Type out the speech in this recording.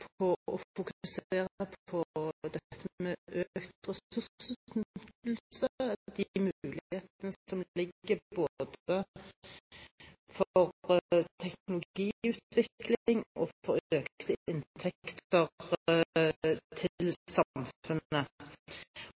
på å fokusere på dette med økt ressursutnyttelse og de mulighetene som foreligger både for teknologiutvikling og for økte inntekter til